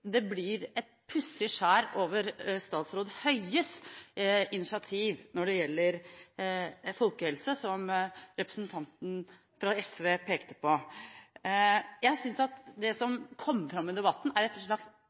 et pussig skjær over statsråd Høies initiativ når det gjelder folkehelse, som representanten fra SV pekte på. Jeg synes at det som kommer fram i debatten, er et slags